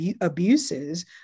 abuses